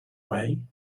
way